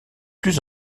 plus